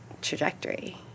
trajectory